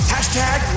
Hashtag